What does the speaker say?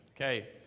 Okay